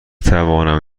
توانم